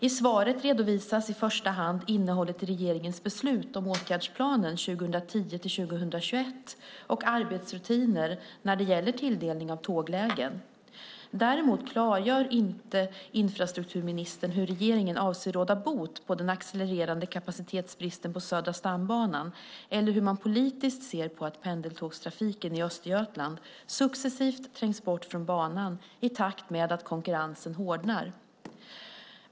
I svaret redovisas i första hand innehållet i regeringens beslut om åtgärdsplan för 2010-2021 och arbetsrutiner när det gäller tilldelning av tåglägen. Däremot klargör inte infrastrukturministern hur regeringen avser att råda bot på den accelererande kapacitetsbristen på Södra stambanan eller hur man politiskt ser på att pendeltågstrafiken i Östergötland successivt trängs bort från banan i takt med att konkurrensen hårdnar.